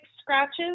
scratches